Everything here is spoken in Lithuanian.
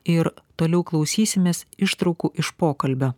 ir toliau klausysimės ištraukų iš pokalbio